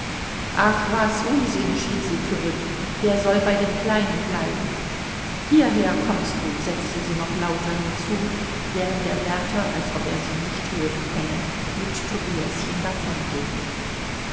ach was unsinn schrie sie zurück wer soll bei dem kleinen bleiben hierher kommst du setzte sie noch lauter hinzu während der wärter als ob er sie nicht hören könne mit tobiäschen